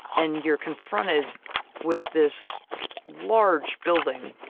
and you're confronted with this large building,